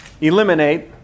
eliminate